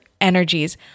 energies